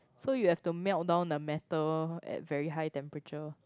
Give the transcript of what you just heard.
so you have to melt down the metal at very high temperature